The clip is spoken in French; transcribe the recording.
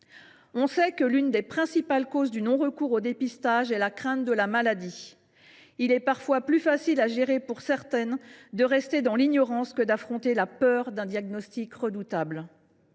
le savons, l’une des principales causes du non recours au dépistage est la crainte de la maladie. Il est parfois plus facile pour certaines de rester dans l’ignorance que d’affronter la peur d’un diagnostic redoutable.